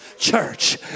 church